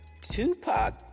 Tupac